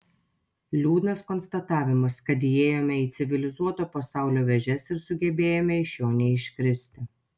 liūdnas konstatavimas kad įėjome į civilizuoto pasaulio vėžes ir sugebėjome iš jo neiškristi